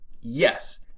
Yes